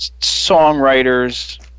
songwriters